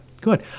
good